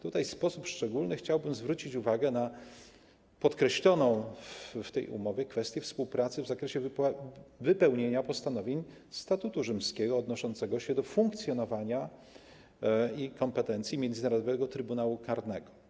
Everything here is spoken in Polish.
Tutaj w sposób szczególny chciałbym zwrócić uwagę na podkreśloną w tej umowie kwestię współpracy w zakresie wypełniania postanowień Statutu Rzymskiego odnoszącego się do funkcjonowania i kompetencji Międzynarodowego Trybunału Karnego.